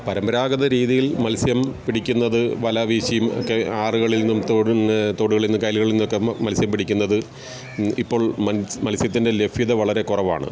പരമ്പരാഗത രീതിയില് മത്സ്യം പിടിക്കുന്നത് വല വീശിയും ഒക്കെ ആറുകളിൽ നിന്നും തോടുകളിൽ നിന്നും കായലുകളിൽ നിന്നും ഒക്കെ മത്സ്യം പിടിക്കുന്നത് ഇപ്പോള് മത്സ്യത്തിന്റെ ലഭ്യത വളരെ കുറവാണ്